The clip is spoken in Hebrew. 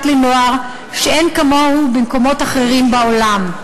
לנוער שאין כמותו במקומות אחרים בעולם.